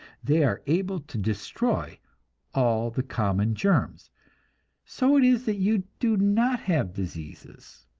they are able to destroy all the common germs so it is that you do not have diseases,